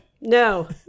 No